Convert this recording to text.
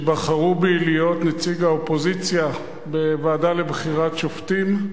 שבחרו בי להיות נציג האופוזיציה בוועדה לבחירת שופטים.